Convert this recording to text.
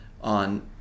on